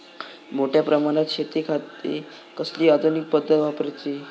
मोठ्या प्रमानात शेतिखाती कसली आधूनिक पद्धत वापराची?